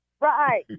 right